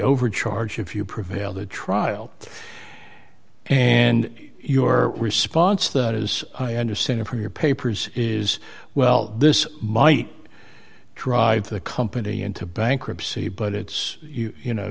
overcharge if you prevail the trial and your response that is i understand from your papers is well this might drive the company into bankruptcy but it's you know you know